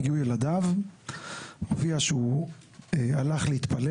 ילדיו הגיעו והוא הלך להתפלל.